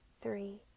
Three